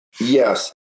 Yes